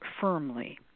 firmly